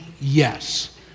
yes